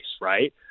Right